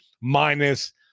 minus